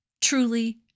Truly